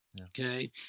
Okay